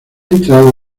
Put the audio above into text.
entrado